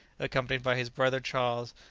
accompanied by his brother charles,